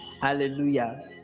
Hallelujah